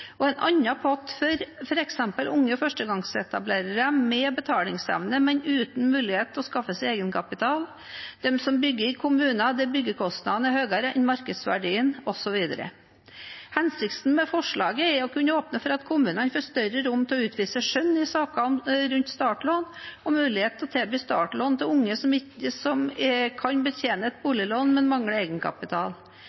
og en annen pott for f.eks. unge førstegangsetablerere med betalingsevne, men uten mulighet til å skaffe seg egenkapital, de som bygger i kommuner der byggekostnadene er høyere enn markedsverdien, osv. Hensikten med forslaget er å kunne åpne for at kommunene får større rom til å utvise skjønn i sakene rundt startlån og mulighet til å tilby startlån til unge som kan betjene et